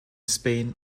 spain